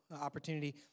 opportunity